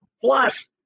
Plus